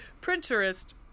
Printerist